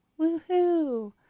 Woohoo